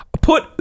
put